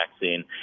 vaccine